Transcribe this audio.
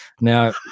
Now